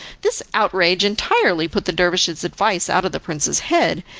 this outrage entirely put the dervish's advice out of the prince's head.